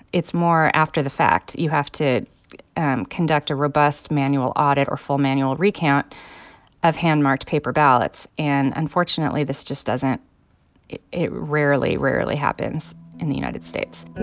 it's more after the fact you have to conduct a robust manual audit or full manual recount of hand-marked paper ballots. and unfortunately this just doesn't it it rarely, rarely happens in the united states.